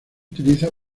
utiliza